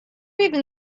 even